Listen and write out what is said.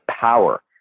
power